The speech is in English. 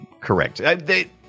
correct